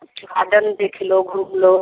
देख लो घूम लो